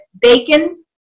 bacon